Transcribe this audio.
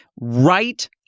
right